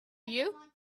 you